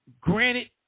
Granted